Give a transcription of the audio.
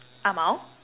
ah mao